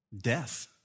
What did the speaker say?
death